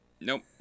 Nope